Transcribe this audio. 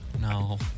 No